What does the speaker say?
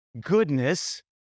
goodness